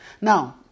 Now